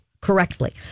correctly